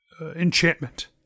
enchantment